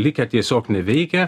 likę tiesiog neveikia